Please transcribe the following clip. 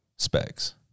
specs